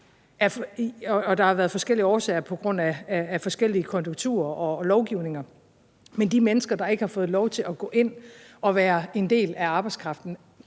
der af forskellige årsager – der har været forskellige konjunkturer og lovgivninger – ikke har fået lov til at gå ind og være en del af arbejdskraften.